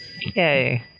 Yay